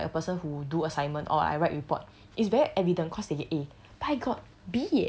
tells me orh I'm more of like a person who do assignment or I write report is very evident cause they get a